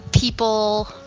people